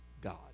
God